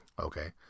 Okay